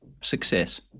success